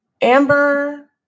Amber